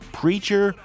preacher